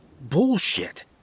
bullshit